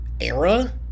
era